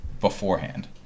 beforehand